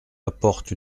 apporte